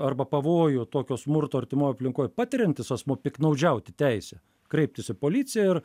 arba pavojų tokio smurto artimoj aplinkoj patiriantis asmuo piktnaudžiauti teise kreiptis į policiją ir